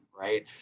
right